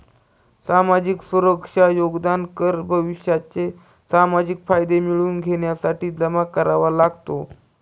सामाजिक सुरक्षा योगदान कर भविष्याचे सामाजिक फायदे मिळवून घेण्यासाठी जमा करावा लागतो